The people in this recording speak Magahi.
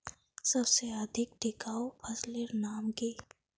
सबसे अधिक टिकाऊ फसलेर नाम की?